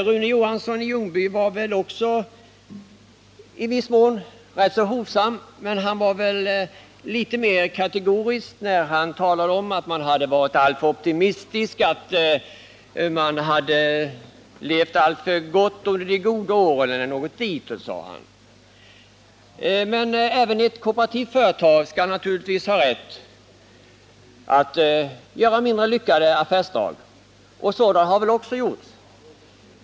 Rune Johansson i Ljungby var också i viss mån ganska hovsam, men han var litet mer kategorisk när han talade om att man varit alltför optimistisk, att man hade levt alltför gott under de goda åren, att man gjort misstag eller någonting ditåt. Men även ett kooperativt företag kan ha rätt att göra mindre lyckade affärsdrag, och sådana har väl också gjorts.